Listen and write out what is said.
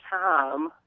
time